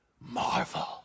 marvel